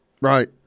Right